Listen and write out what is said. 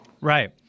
right